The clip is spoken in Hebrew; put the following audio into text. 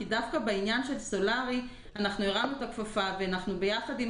כי דווקא בעניין של הסולארי אנחנו הרמנו את הכפפה ואנחנו הולכים